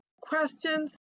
questions